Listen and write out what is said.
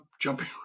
jumping